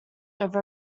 over